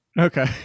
Okay